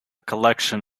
collection